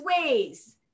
ways